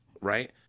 right